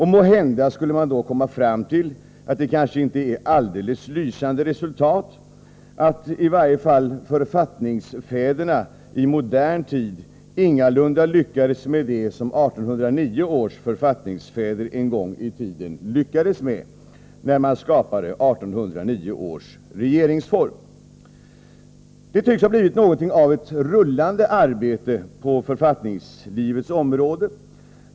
Måhända skulle vi då komma fram till att det kanske inte är alldeles lysande resultat, i varje fall till att författningsfäderna i modern tid ingalunda har lyckats med det som äldre författningsfäder lyckades med när de skapade 1809 års regeringsform. Det tycks ha blivit något av ett rullande arbete på författningslivets område.